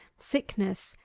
sickness,